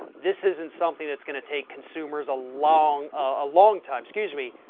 this isn't something that's going to take consumers a long, a long time, excuse me,